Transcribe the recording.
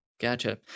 Gotcha